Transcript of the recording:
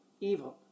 evil